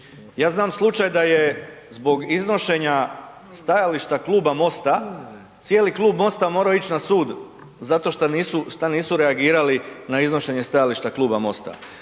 Ja znam slučaj da je zbog iznošenja stajališta kluba MOST-a cijeli klub MOST-a morao ići na sud zato što nisu reagirali na iznošenje stajališta kluba MOST-a.